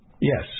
Yes